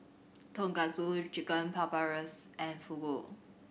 Tonkatsu Chicken Paprikas and Fugu